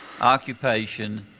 occupation